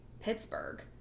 Pittsburgh